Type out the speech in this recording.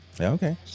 Okay